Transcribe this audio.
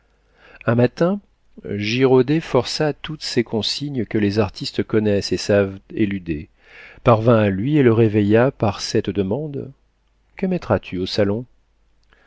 un matin girodet força toutes ces consignes que les artistes connaissent et savent éluder parvint à lui et le réveilla par cette demande que mettras tu au salon